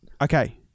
Okay